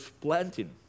planting